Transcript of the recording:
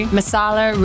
Masala